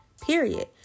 Period